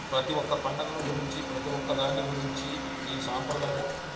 ప్రతీ ఒక్క పండగను గురించి ప్రతీ ఒక్క దాని గురించి ఈ సాంప్రదాయాలు